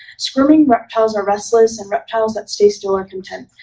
squirming reptiles are restless, and reptiles that stay still ar content.